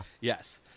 Yes